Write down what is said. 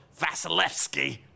Vasilevsky